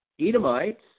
edomites